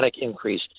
increase